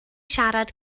siarad